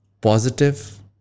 positive